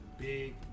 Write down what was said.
big